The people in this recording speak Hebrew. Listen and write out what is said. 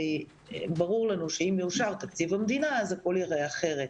ברור לנו שאם יאושר תקציב המדינה הכול ייראה אחרת,